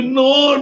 no